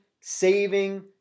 saving